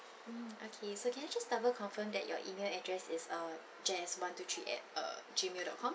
mm okay so can I just double confirm that your email address is uh jess one two three at uh G mail dot com